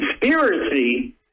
conspiracy